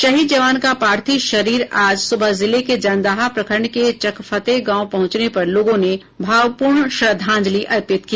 शहीद जवान का पार्थिव शरीर आज सुबह जिले के जंदाहा प्रखंड के चकफतेह गांव पहुंचने पर लोगों ने भावपूर्ण श्रद्धांजलि अर्पित की